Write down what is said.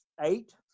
eight